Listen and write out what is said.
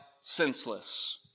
senseless